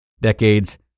decades